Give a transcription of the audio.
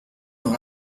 dans